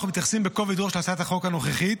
אנחנו מתייחסים בכובד ראש להצעת החוק הנוכחית,